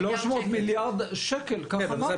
300 מיליארד שקל, כך אמרתי.